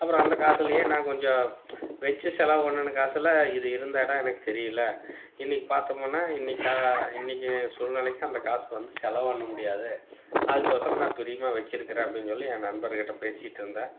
அப்புறம் அந்த காசுலேயே நான் கொஞ்சம் வச்சு செலவு பண்ணின காசெலாம் இது இருந்த இடம் எனக்கு தெரியல இன்றைக்கு பார்த்தமுனா இன்றைக்கு இன்றைக்கு சூழ்நிலைக்கி அந்த காசுக்கு வந்து செலவு பண்ண முடியாது அதுக்கு ஓசரம் நான் பிரியமாக வச்சுருக்கிறேன் அப்படினு சொல்லி என் நண்பர்கிட்டே பேசிகிட்டு இருந்தேன்